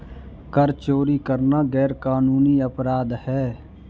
कर चोरी करना गैरकानूनी अपराध है